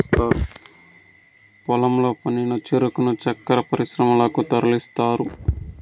పొలంలో పండిన చెరుకును చక్కర పరిశ్రమలకు తరలిస్తారు